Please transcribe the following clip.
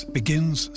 begins